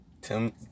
Tim